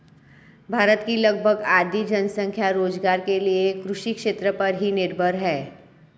भारत की लगभग आधी जनसंख्या रोज़गार के लिये कृषि क्षेत्र पर ही निर्भर है